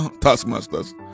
taskmasters